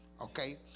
Okay